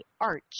arch